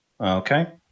Okay